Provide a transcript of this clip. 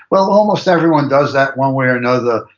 well, almost everyone does that one way or another,